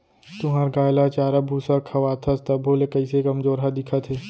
तुंहर गाय ल चारा भूसा खवाथस तभो ले कइसे कमजोरहा दिखत हे?